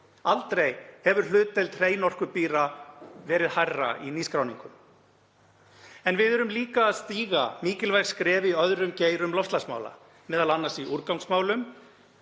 Aldrei hefur hlutdeild hreinorkubíla verið hærri í nýskráningum. En við erum líka að stíga mikilvæg skref í öðrum geirum loftslagsmála, m.a. í úrgangsmálum,